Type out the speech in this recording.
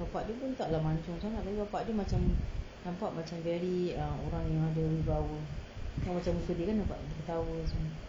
bapa dia pun tak lah mancung sangat lagi bapa dia macam nampak macam very ah orang yang ada wibawa ah macam muka dia nampak ketawa semua